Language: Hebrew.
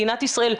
מדינת ישראל,